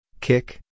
Kick